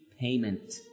payment